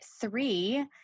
three